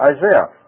Isaiah